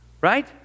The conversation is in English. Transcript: right